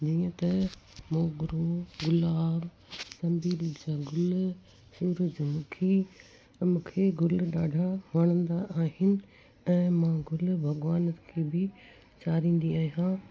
जीअं त मोगिरो गुलाब चमेली जा गुल सूरजमुखी मूंखे गुल ॾाढा वणंदा आहिनि ऐं मां गुल भॻवान खे बि चढ़ींदी अहियां